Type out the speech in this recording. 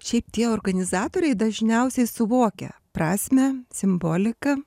šiaip tie organizatoriai dažniausiai suvokia prasmę simboliką